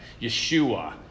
Yeshua